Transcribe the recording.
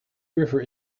river